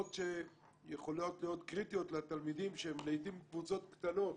לשעות שיכולות להיות קריטיות לתלמידים שהם לעתים קבוצות קטנות.